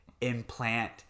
implant